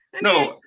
No